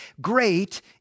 Great